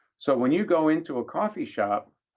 so when you go into a coffee shop,